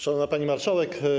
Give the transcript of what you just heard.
Szanowna Pani Marszałek!